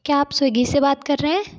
क्या आप स्विग्गी से बात कर रहे हैं